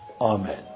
Amen